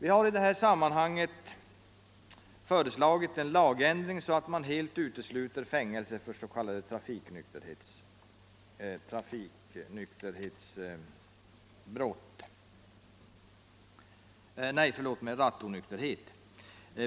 I det här sammanhanget har vi föreslagit en lagändring så att man helt utesluter fängelse för s.k. rattonykterhet.